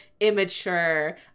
immature